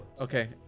Okay